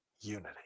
unity